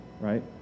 right